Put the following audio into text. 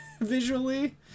visually